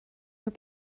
your